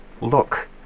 look